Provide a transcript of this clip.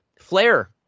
Flair